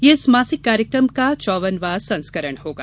यह इस मासिक कार्यक्रम का चौवनवां संस्करण होगा